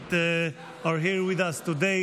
that are here with us today.